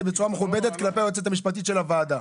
בצורה מכובדת כלפי היועצת המשפטית של הוועדה.